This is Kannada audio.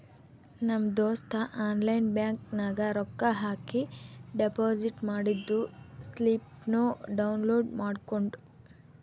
ನಮ್ ದೋಸ್ತ ಆನ್ಲೈನ್ ಬ್ಯಾಂಕ್ ನಾಗ್ ರೊಕ್ಕಾ ಹಾಕಿ ಡೆಪೋಸಿಟ್ ಮಾಡಿದ್ದು ಸ್ಲಿಪ್ನೂ ಡೌನ್ಲೋಡ್ ಮಾಡ್ಕೊಂಡ್